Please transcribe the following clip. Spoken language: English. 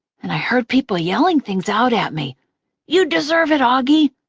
and i heard people yelling things out at me you deserve it, auggie!